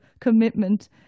commitment